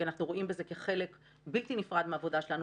כי אנחנו רואים בזה חלק בלתי נפרד מהעבודה שלנו.